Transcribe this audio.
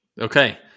Okay